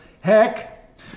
heck